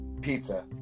pizza